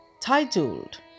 titled